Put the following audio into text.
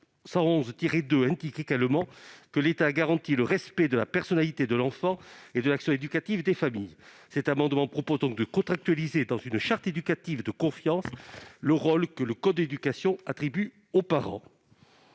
111-2, « l'État garantit le respect de la personnalité de l'enfant et de l'action éducative des familles ». Cet amendement tend donc à formaliser, dans une charte éducative de confiance, le rôle que le code de l'éducation attribue aux parents.